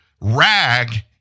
rag